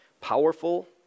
powerful